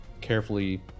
carefully